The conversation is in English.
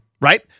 Right